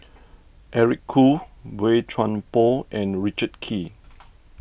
Eric Khoo Boey Chuan Poh and Richard Kee